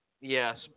yes